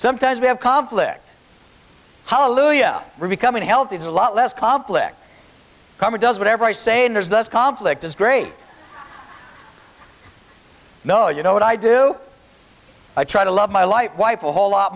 sometimes we have conflict how lujah become unhealthy is a lot less complex cover does whatever i say and there's this conflict is great though you know what i do i try to love my light wife a whole lot